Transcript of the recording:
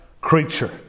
creature